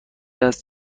است